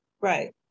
Right